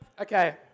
Okay